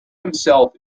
himself